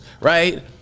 right